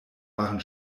waren